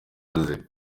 aze